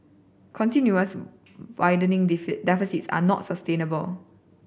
continuous widening deficits are not sustainable